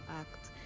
act